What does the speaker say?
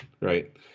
right